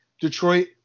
Detroit